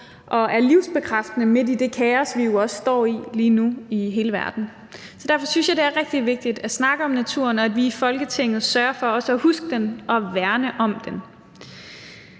og er livsbekræftende midt i det kaos, vi står i lige nu i hele verden. Derfor synes jeg, det er rigtig vigtigt at snakke om naturen, og at vi i Folketinget også sørger for at huske den og værne om den.